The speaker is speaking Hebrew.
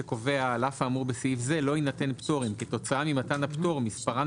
שקובע: על אף האמור בסעיף זה לא יינתן פטורים כתוצאה ממתן הפטור מספרן